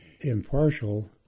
impartial